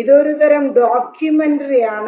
ഇതൊരു തരം ഡോക്യുമെൻററി ആണ്